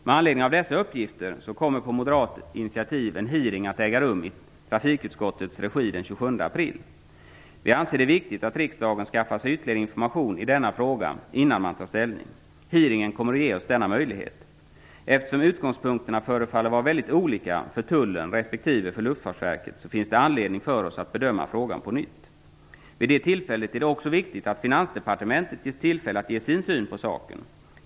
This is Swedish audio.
Med anledning av dessa uppgifter kommer på moderat initiativ en hearing att äga rum i trafikutskottet den 27 april. Vi anser det viktigt att riksdagen skaffar sig ytterligare information i denna fråga innan vi tar ställning. Hearingen kommer att ge oss denna möjlighet. Eftersom utgångspunkterna förefaller vara väldigt olika för Tullen respektive Luftfartsverket finns det anledning för oss att bedöma frågan på nytt. Vid det tillfället är det viktigt att också Finansdepartementet ges tillfälle att ge sin syn på saken.